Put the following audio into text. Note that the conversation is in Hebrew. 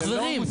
החזרים,